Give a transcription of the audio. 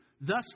Thus